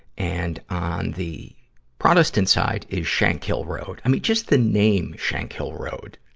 and on the protestant side is shankill road. i mean, just the name, shankill road.